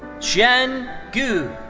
xiang gu.